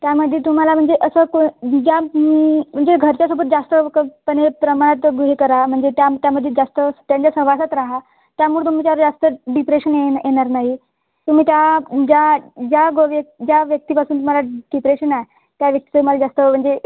त्यामध्ये तुम्हाला म्हणजे असं को ज्या म्हणजे घरच्यासोबत जास्त क पण येत प्रमाणात हे करा म्हणजे त्या त्यामध्ये जास्त त्यांच्या सहवासात राहा त्यामुळे तुम्ही त्याला जास्त डिप्रेशन येन येणार नाही तुम्ही त्या ज्या ज्या गो व्य ज्या व्यक्तीपासून तुम्हाला डिप्रेशन आहे त्या व्यक्तीचं तुम्हाल जास्त म्हणजे